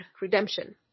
redemption